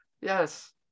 yes